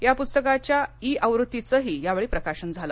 या पूस्तकाच्या ई आवृत्तीचंही यावेळी प्रकाशन झालं